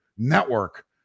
network